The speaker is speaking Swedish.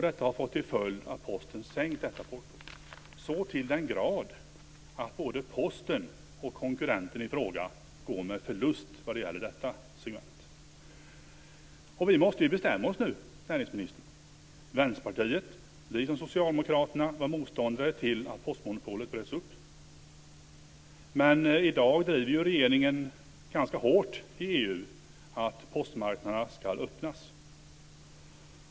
Det har fått till följd att Posten har sänkt detta porto, så till den grad att både Posten och konkurrenten i fråga går med förlust vad det gäller detta segment. Vi måste bestämma oss nu, näringsministern. Vänsterpartiet, liksom Socialdemokraterna, var motståndare till att postmonopolet bröts upp, men i dag driver regeringen ganska hårt i EU att postmarknaderna ska öppnas.